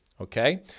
okay